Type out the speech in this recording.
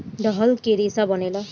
डंठल के रेसा बनेला